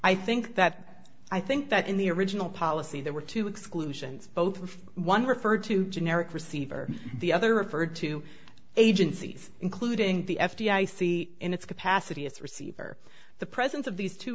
i think that i think that in the original policy there were two exclusions both of one referred to generic receiver the other referred to agencies including the f d i c in its capacity as receiver the presence of these two